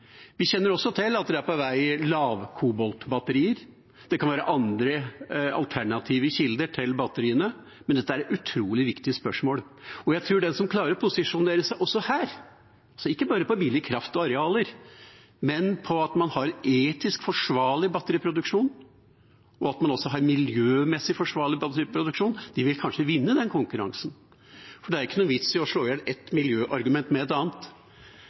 Vi kjenner også til at lavkoboltbatterier er på vei, og det kan være andre alternative kilder til batteriene, men dette er et utrolig viktig spørsmål. Jeg tror den som klarer å posisjonere seg også her, ikke bare på billig kraft og arealer, men på at man har en etisk forsvarlig batteriproduksjon, og at man også har en miljømessig forsvarlig batteriproduksjon, kanskje vil vinne den konkurransen. For det er ikke noen vits i å slå i hjel et miljøargument med et annet,